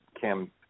kim